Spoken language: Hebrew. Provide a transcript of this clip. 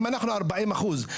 אם אנחנו ארבעים אחוז,